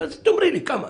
תאמרי לי כמה.